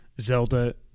Zelda